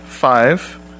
five